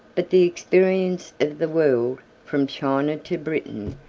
but the experience of the world, from china to britain,